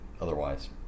otherwise